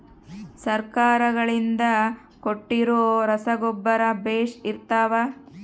ಸರ್ಕಾರಗಳಿಂದ ಕೊಟ್ಟಿರೊ ರಸಗೊಬ್ಬರ ಬೇಷ್ ಇರುತ್ತವಾ?